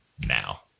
now